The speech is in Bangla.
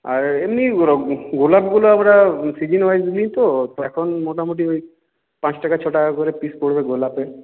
আর এমনি রো গোলাপগুলো আমরা সিজন ওয়াইজ নিই তো তো এখন মোটামুটি ওই পাঁচ টাকা ছ টাকা করে পিস পড়বে গোলাপের